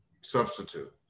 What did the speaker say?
substitute